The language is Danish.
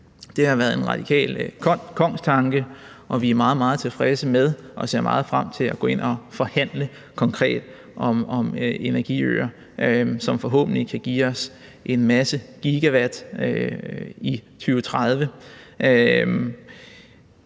det har været en radikal kongstanke, og vi er meget, meget tilfredse med og ser meget frem til at gå ind at forhandle konkret om energiøer, som forhåbentlig kan give os en masse gigawatt i 2030.